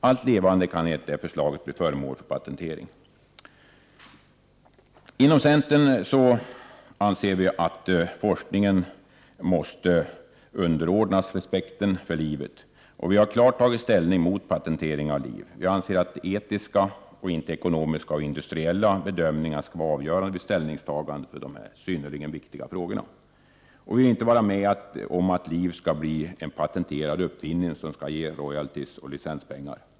Allt levande kan enligt detta förslag bli föremål för patentering. Inom centern anser vi att forskningen måste underordnas respekten för livet. Vi har klart tagit ställning mot patentering av liv. Vi anser att etiska, inte ekonomiska och industriella, bedömningar skall vara avgörande vid ställningstagandet till dessa synnerligen viktiga frågor. Vi vill inte vara med om att liv blir en patenterad uppfinning som skall ge royalties och licenspengar.